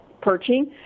perching